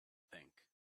think